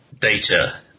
data